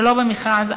שלא במכרז,